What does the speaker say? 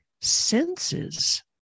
senses